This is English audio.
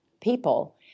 people